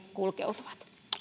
kulkeutuvat